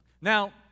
Now